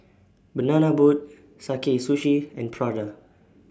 Banana Boat Sakae Sushi and Prada